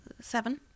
Seven